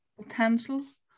potentials